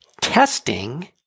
Testing